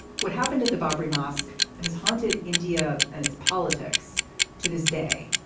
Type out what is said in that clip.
what happened at the barbree mosque has haunted india and its politics to this day.